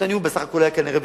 הניהול היה כנראה בסדר.